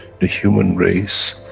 the human race,